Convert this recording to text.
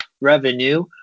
revenue